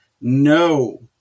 No